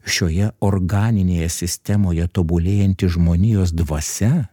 šioje organinėje sistemoje tobulėjanti žmonijos dvasia